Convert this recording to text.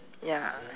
ya